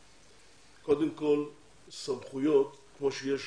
קודם כל סמכויות כמו שיש